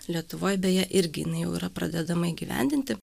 lietuvoj beje irgi jau yra pradedama įgyvendinti